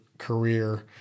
career